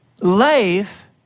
Life